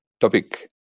topic